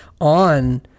on